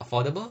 affordable